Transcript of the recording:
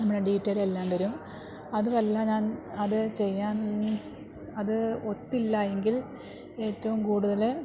നമ്മടെ ഡിറ്റെയ്ല് എല്ലാം വരും അതുമല്ല ഞാൻ അത് ചെയ്യാൻ അത് ഒത്തില്ല എങ്കിൽ ഏറ്റവും കൂടുതല്